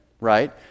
right